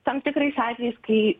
tam tikrais atvejais kai